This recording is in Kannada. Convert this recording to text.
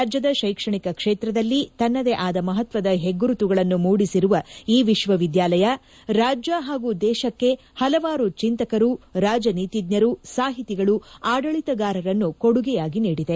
ರಾಜ್ಯದ ಶೈಕ್ಷಣಿಕ ಕ್ಷೇತ್ರದಲ್ಲಿ ತನ್ನದೇ ಆದ ಮಹತ್ವದ ಹೆಗ್ಗುರುತುಗಳನ್ನು ಮೂಡಿಸಿರುವ ಈ ವಿಶ್ವವಿದ್ಯಾಲಯ ರಾಜ್ಯ ಹಾಗೂ ದೇಶಕ್ಕೆ ಹಲವಾರು ಚಿಂತಕರು ರಾಜನೀತಿಜ್ಞರು ಸಾಹಿತಿಗಳು ಆಡಳಿತಗಾರರನ್ನು ಕೊಡುಗೆಯಾಗಿ ನೀಡಿದೆ